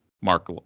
Mark